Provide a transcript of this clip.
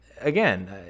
again